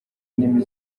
indimi